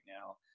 now